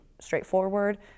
straightforward